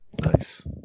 nice